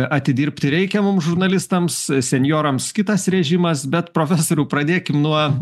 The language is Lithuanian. atidirbti reikia mum žurnalistams senjorams kitas režimas bet profesoriau pradėkim nuo